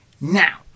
Now